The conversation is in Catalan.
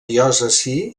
diòcesi